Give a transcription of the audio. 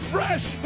Fresh